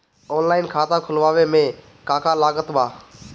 Online खाता खुलवावे मे का का लागत बा?